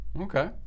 Okay